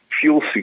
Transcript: fuel